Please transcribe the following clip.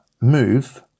move